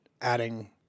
adding